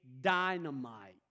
dynamite